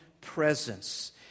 presence